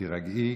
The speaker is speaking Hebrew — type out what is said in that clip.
תירגעי,